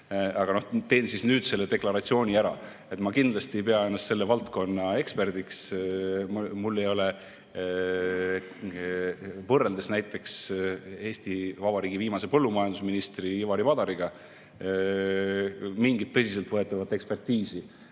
Teen siis nüüd selle deklaratsiooni ära, et ma kindlasti ei pea ennast selle valdkonna eksperdiks. Mul ei ole võrreldes näiteks Eesti Vabariigi viimase põllumajandusministri Ivari Padariga mingit tõsiselt võetavat ekspertiisi